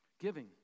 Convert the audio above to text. Giving